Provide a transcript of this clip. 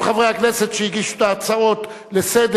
כל חברי הכנסת שהגישו את ההצעות לסדר-היום,